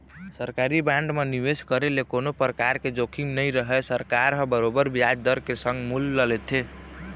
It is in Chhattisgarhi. सरकारी बांड म निवेस करे ले कोनो परकार के जोखिम नइ रहय सरकार ह बरोबर बियाज दर के संग मूल ल देथे